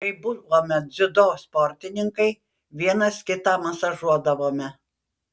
kai buvome dziudo sportininkai vienas kitą masažuodavome